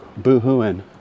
boohooing